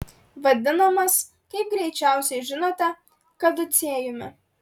vadinamas kaip greičiausiai žinote kaducėjumi